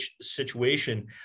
situation